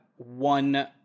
One